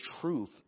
truth